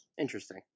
Interesting